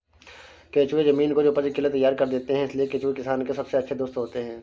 केंचुए जमीन को उपज के लिए तैयार कर देते हैं इसलिए केंचुए किसान के सबसे अच्छे दोस्त होते हैं